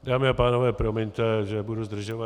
Dámy a pánové, promiňte, že budu zdržovat.